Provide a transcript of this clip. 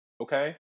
Okay